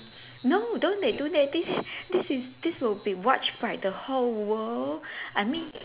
no don't they do that this this this is this will be watched by the whole world I mean